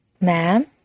Ma'am